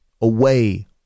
away